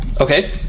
okay